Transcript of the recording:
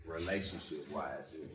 Relationship-wise